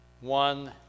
one